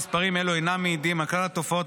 מספרים אלו אינם מעידים על כלל התופעות